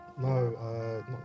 No